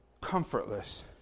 comfortless